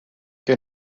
que